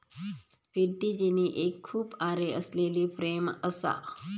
फिरती जेनी एक खूप आरे असलेली फ्रेम असा